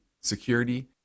security